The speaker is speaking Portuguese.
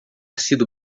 sido